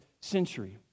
century